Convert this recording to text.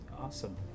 Awesome